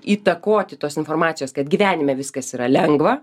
įtakoti tos informacijos kad gyvenime viskas yra lengva